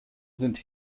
sind